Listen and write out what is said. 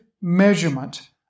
measurement